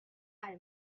out